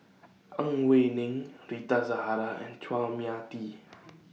Ang Wei Neng Rita Zahara and Chua Mia Tee